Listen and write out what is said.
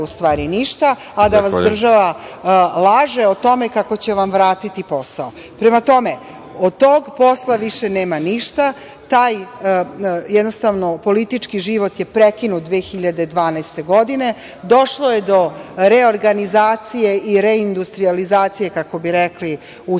u stvari ništa, a da vas država laže o tome kako će vam vratiti posao. Prema tome, od tog posla više nema ništa. Taj politički život je prekinut 2012. godine. Došlo je do reorganizacije i reindustrijalizacije, kako bi rekli, u